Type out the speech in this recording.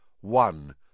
One